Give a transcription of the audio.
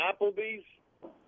Applebee's